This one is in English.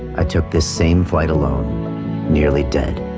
i took this same flight alone nearly dead.